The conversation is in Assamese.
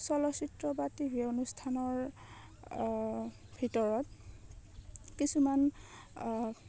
চলচ্চিত্ৰ বা টিভি অনুষ্ঠানৰ ভিতৰত কিছুমান